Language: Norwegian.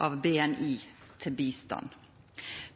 av BNI til bistand.